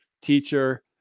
teacher